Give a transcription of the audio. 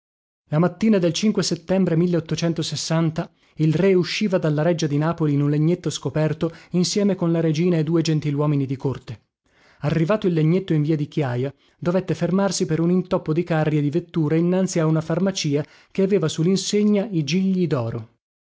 la mattina del settembre il re usciva dalla reggia di napoli in un legnetto scoperto insieme con la regina e due gentiluomini di corte arrivato il legnetto in via di chiaja dovette fermarsi per un intoppo di carri e di vetture innanzi a una farmacia che aveva su linsegna i gigli